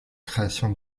création